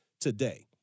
today